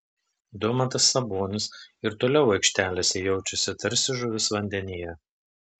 domantas sabonis ir toliau aikštelėse jaučiasi tarsi žuvis vandenyje